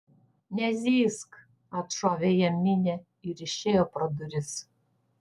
nezyzk atšovė jam minė ir išėjo pro duris